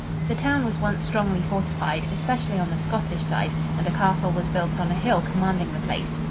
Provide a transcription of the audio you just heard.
the town was once strongly fortified, especially on the scottish side, and a castle was built on a hill commanding the place.